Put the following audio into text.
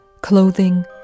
clothing